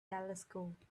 telescope